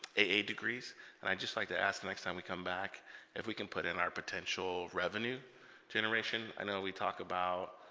a eight deg and i just like to ask the next time we come back if we can put in our potential revenue generation i know we talk about